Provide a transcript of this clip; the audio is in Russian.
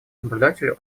наблюдателю